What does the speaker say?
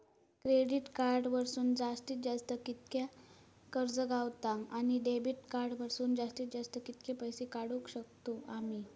Credit card वरसून जास्तीत जास्त कितक्या कर्ज गावता, आणि डेबिट कार्ड वरसून जास्तीत जास्त कितके पैसे काढुक शकतू आम्ही?